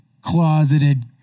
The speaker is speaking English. Closeted